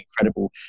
incredible